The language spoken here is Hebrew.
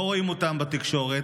לא רואים אותם בתקשורת,